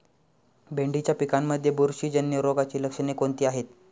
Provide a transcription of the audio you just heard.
भेंडीच्या पिकांमध्ये बुरशीजन्य रोगाची लक्षणे कोणती आहेत?